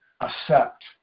accept